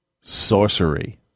sorcery